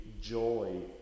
joy